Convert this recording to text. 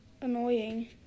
annoying